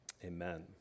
Amen